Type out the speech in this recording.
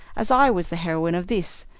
as i was the heroine of this,